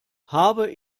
habe